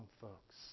folks